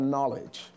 Knowledge